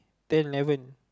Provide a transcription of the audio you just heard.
ten eleven